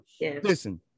Listen